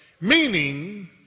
Meaning